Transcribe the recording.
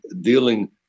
dealing